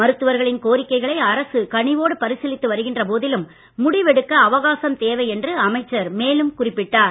மருத்துவர்களின் கோரிக்கைகளை அரசு கனிவோடு பரிசீலித்து வருகின்ற போதிலும் முடிவெடுக்க அவகாசம் தேவை என்று அமைச்சர் மேலும் குறிப்பிட்டார்